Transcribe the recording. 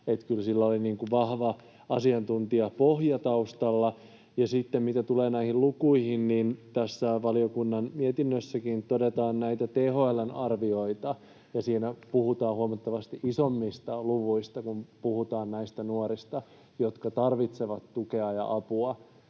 kyllä sillä oli vahva asiantuntijapohja taustalla. Ja sitten, mitä tulee näihin lukuihin, tässä valiokunnan mietinnössäkin todetaan näitä THL:n arvioita, ja siinä puhutaan huomattavasti isommista luvuista, kun puhutaan näistä nuorista, jotka tarvitsevat tukea ja apua.